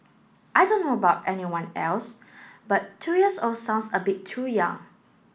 I don't know about everyone else but two years old sounds a bit too young